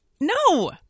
No